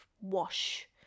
wash